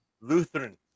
lutheran